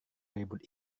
ribut